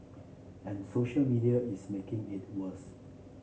and social media is making it worse